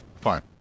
Fine